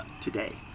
today